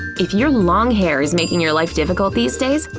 if your long hair is making your life difficult these days,